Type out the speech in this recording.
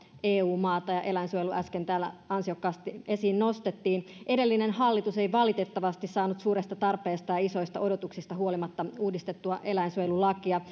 eu maasta eläinsuojelussa ja eläinsuojelu äsken täällä ansiokkaasti esiin nostettiin edellinen hallitus ei valitettavasti saanut suuresta tarpeesta ja isoista odotuksista huolimatta uudistettua eläinsuojelulakia